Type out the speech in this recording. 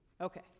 Okay